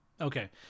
Okay